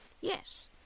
Yes